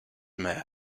mayor